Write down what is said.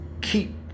keep